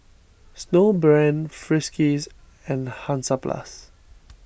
Snowbrand Friskies and Hansaplast